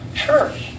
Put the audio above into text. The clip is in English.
church